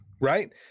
right